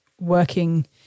working